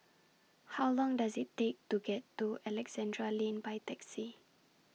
How Long Does IT Take to get to Alexandra Lane By Taxi